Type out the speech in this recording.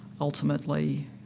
ultimately